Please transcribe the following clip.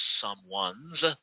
someone's